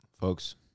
folks